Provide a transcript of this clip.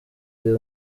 ivuye